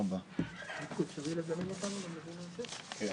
הישיבה ננעלה בשעה 11:19.